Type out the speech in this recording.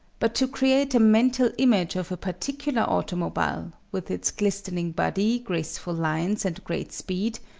but to create a mental image of a particular automobile, with its glistening body, graceful lines, and great speed,